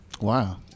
Wow